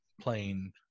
playing